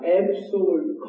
absolute